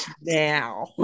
now